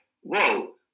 Whoa